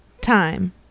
time